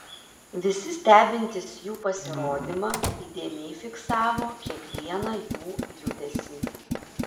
visi stebintys jų pasirodymą įdėmiai fiksavo kiekvieną jų judesį